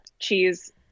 cheese